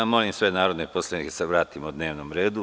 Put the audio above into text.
Molim sve narodne poslanike da se vratimo dnevnom redu.